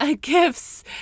gifts